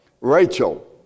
Rachel